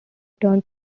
termed